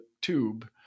tube